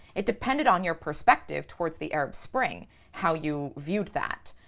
it depended on your perspective towards the arab spring how you viewed that.